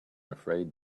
afraid